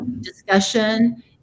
discussion